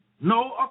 no